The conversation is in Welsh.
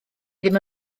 ddim